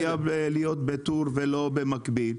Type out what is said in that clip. למה זה חייב להיות בטור ולא במקביל?